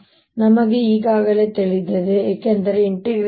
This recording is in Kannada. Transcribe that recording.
ಆದರೆ ನಮಗೆ ಈಗಾಗಲೇ ತಿಳಿದಿದೆ ಏಕೆಂದರೆ E